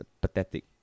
pathetic